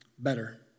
better